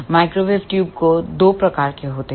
microwave tube दो प्रकार की होती हैं